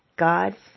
God